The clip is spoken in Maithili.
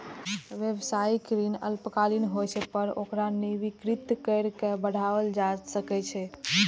व्यावसायिक ऋण अल्पकालिक होइ छै, पर ओकरा नवीनीकृत कैर के बढ़ाओल जा सकै छै